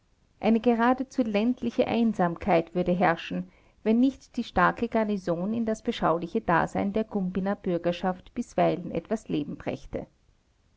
eine geradezu ländliche einsamkeit würde herrschen wenn nicht die starke garnison in das beschauliche dasein der gumbinner bürgerschaft bisweilen etwas leben brächte